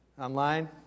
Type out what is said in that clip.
Online